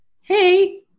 Hey